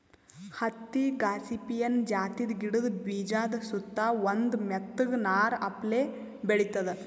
ಹತ್ತಿ ಗಾಸಿಪಿಯನ್ ಜಾತಿದ್ ಗಿಡದ ಬೀಜಾದ ಸುತ್ತಾ ಒಂದ್ ಮೆತ್ತಗ್ ನಾರ್ ಅಪ್ಲೆ ಬೆಳಿತದ್